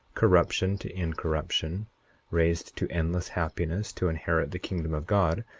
corruption to incorruption raised to endless happiness to inherit the kingdom of god,